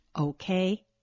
okay